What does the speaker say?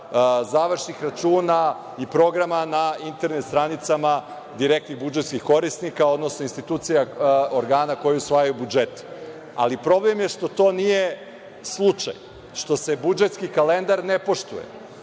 završnih računa i programa na internet stranicama direktnih budžetskih korisnika, odnosno institucija organa koji usvajaju budžete. Ali, problem je što to nije slučaj, što se budžetski kalendar ne poštuje.